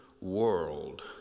world